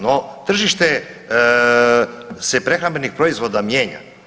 No, tržište se prehrambenih proizvoda mijenja.